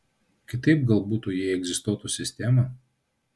kitaip gal butų jei egzistuotų sistema